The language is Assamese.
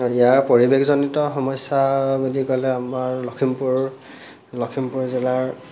ইয়াৰ পৰিৱেশজনিত সমস্যা বুলি ক'লে আমাৰ লখিমপুৰ লখিমপুৰ জিলাৰ